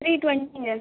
three டுவெண்ட்டிங்க